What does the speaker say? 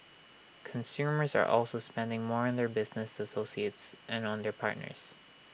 consumers are also spending more on their business associates and on their partners